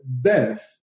death